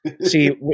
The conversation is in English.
See